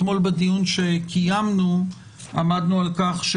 אתמול בדיון שקיימנו עמדנו על כך,